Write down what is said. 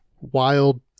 wild